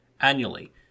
annually